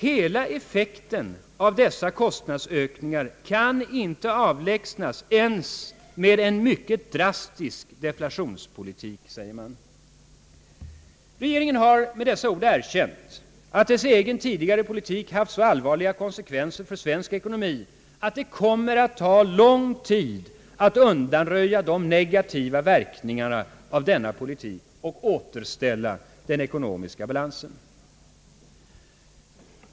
Hela effekten av dessa kostnadsökningar kan inte avlägsnas ens med en mycket drastisk deflationspolitik.» Regeringen har med dessa ord erkänt att dess egen tidigare politik haft så allvarliga konsekvenser för svensk ekonomi att det kommer att ta lång tid att undanröja de negativa verkningarna av denna politik och återställa ekonomisk balans.